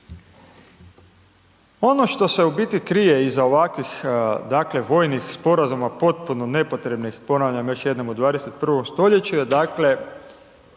Ono što se u biti krije iza ovakvih, dakle, vojnih sporazuma, potpuno nepotrebnih, ponavljam još jednom u 21. stoljeću je dakle,